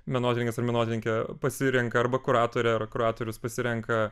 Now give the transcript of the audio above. menotyrininkas ar menotyrininkė pasirenka arba kuratorė ar kuratorius pasirenka